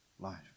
life